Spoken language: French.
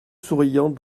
souriante